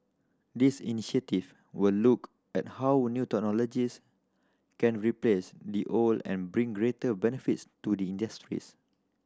these initiative will look at how new technologies can replace the old and bring greater benefits to the industries